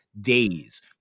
days